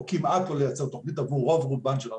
או כמעט לא לייצר תוכנית עבור רוב רובן של הרשויות.